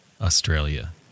Australia